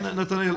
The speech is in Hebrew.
נתנאל,